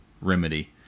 remedy